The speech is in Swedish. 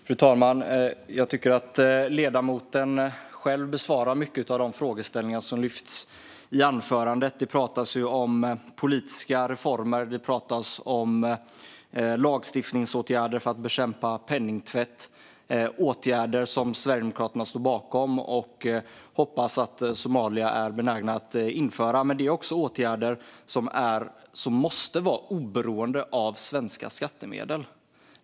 Fru talman! Jag tycker att ledamoten själv besvarar många av de frågeställningar som lyfts fram i anförandet. Det talas om politiska reformer, och det talas om lagstiftningsåtgärder för att bekämpa penningtvätt. Det är åtgärder som Sverigedemokraterna står bakom och hoppas att Somalia är benägna att vidta. Men det är också åtgärder som måste vara oberoende av svenska skattemedel.